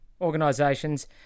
organisations